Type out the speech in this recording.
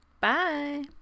Bye